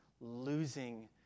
losing